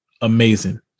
amazing